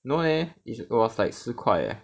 no leh it it was like 十块 leh